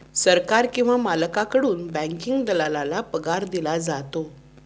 सरकार किंवा मालकाकडून बँकिंग दलालाला पगार दिला जातो